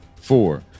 four